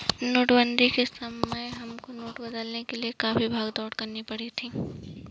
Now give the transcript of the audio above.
नोटबंदी के समय हमको नोट बदलवाने के लिए काफी भाग दौड़ करनी पड़ी थी